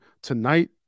Tonight